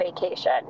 vacation